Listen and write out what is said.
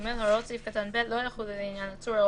הוראות סעיף קטן (ב) לא יחולו לעניין עצור או